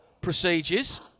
procedures